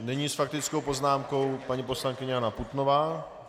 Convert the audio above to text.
Nyní s faktickou poznámkou paní poslankyně Anna Putnová.